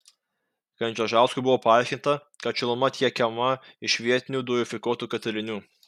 kandzežauskui buvo paaiškinta kad šiluma tiekiama iš vietinių dujofikuotų katilinių